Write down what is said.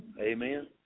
Amen